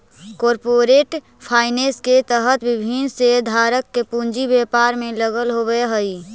corporate finance के तहत विभिन्न शेयरधारक के पूंजी व्यापार में लगल होवऽ हइ